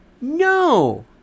No